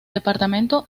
departamento